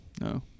No